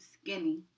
skinny